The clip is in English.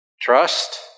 Trust